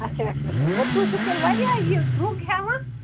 اَچھا اَچھا اَچھا گوٚو تُہۍ چھُو تیٚلہِ واریاہ یہِ درٛۅگ ہیٚوان